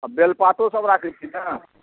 बेलपातो सब राखै छियै ने